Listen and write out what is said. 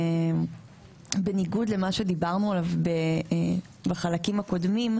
שבניגוד למה שדיברנו עליו בחלקים הקודמים,